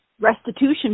restitution